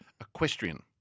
equestrian